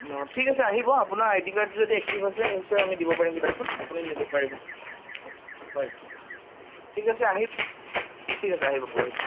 অ ঠিক আছে আহিব আপোনাৰ আইদি কাৰ্ডটো যদি এক্টিভ আছে নিশ্চয় আমি দিব পাৰিম কিতাপখন আপুনি নিব পাৰিব হয় ঠিক আছে আহি ঠিক আছে আহিব পৰহিলৈ